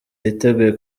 yiteguye